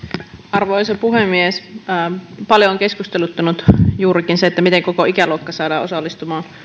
arvoisa puhemies paljon on keskusteluttanut juurikin se miten koko ikäluokka saadaan osallistumaan